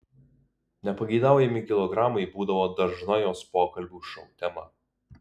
nepageidaujami kilogramai būdavo dažna jos pokalbių šou tema